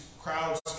crowds